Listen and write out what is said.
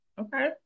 Okay